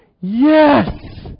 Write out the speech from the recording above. yes